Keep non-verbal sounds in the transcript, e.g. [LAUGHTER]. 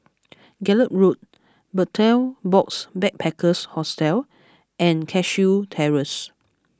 [NOISE] Gallop Road Betel Box Backpackers Hostel and Cashew Terrace